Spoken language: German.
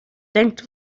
denkt